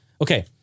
Okay